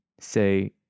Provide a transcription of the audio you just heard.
say